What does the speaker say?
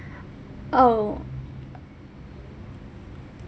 oh